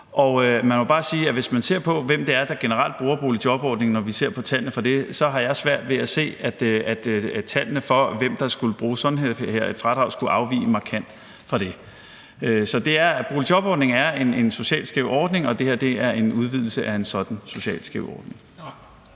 Og man må bare sige, at hvis man ser på tallene for, hvem det er, der generelt bruger boligjobordningen, så har jeg svært ved at se, at tallene for, hvem der skulle bruge sådan et fradrag her, skulle afvige markant fra det. Så boligjobordningen er en socialt skæv ordning, og det her er en udvidelse af en sådan socialt skæv ordning.